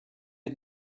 had